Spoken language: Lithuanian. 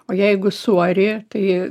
o jeigu suari tai